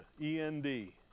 E-N-D